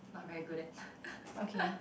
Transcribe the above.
not very good at